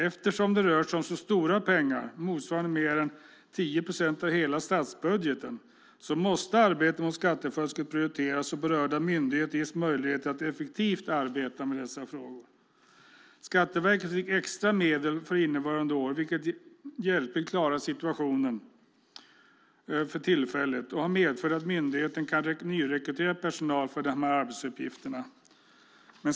Eftersom det rör sig om så stora pengar, motsvarande mer än 10 procent av hela statsbudgeten, måste arbetet mot skattefusket prioriteras och berörda myndigheter ges möjligheter att effektivt arbeta med dessa frågor. Skatteverket fick extra medel för innevarande år, vilket hjälpligt klarar situationen för tillfället och har medfört att myndigheten kan nyrekrytera personal för dessa arbetsuppgifter.